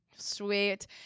Sweet